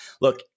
look